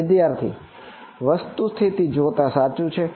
વિદ્યાર્થી વસ્તુસ્થિતિ જોતાં સાચું છે